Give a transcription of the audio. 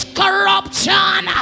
corruption